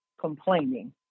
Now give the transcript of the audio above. complaining